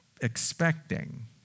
expecting